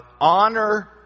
honor